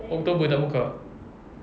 october tak buka